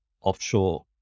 offshore